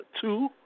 two